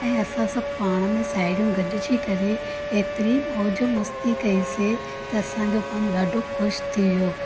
ऐं असां सभु पाण में साहेड़ियूं गॾिजी करे एतिरी मौज मस्ती कईसीं त असांजो मनु ॾाढो ख़ुशि थी वियो